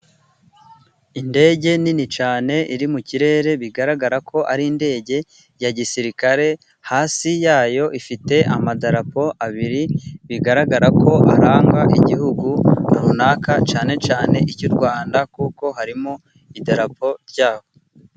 Indege nini cyane iri mu kirere bigaragara ko ari indege ya gisirikare. Hasi yayo ifite amadarapo abiri bigaragara ko aranga igihugu runaka, cyane cyane icy'u Rwanda, kuko hariho idarapo ryarwo.